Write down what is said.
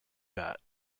bat